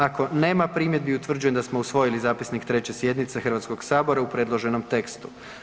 Ako nema primjedbi utvrđujem da smo usvojili zapisnik 3. sjednice HS u predloženom tekstu.